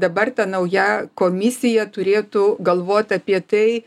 dabar ta nauja komisija turėtų galvot apie tai